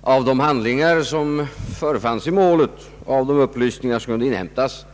av de handlingar som förefanns i målet och av de upplysningar som kunde inhämtas